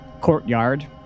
courtyard